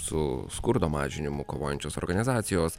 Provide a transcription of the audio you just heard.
su skurdo mažinimu kovojančios organizacijos